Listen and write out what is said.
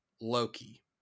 loki